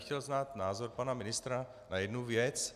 Chtěl bych znát názor pana ministra na jednu věc.